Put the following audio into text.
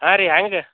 ಹಾಂ ರೀ ಹ್ಯಾಂಗೆ